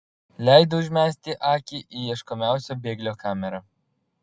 leido užmesti akį į ieškomiausio bėglio kamerą